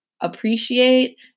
appreciate